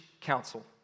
council